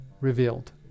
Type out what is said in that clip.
Revealed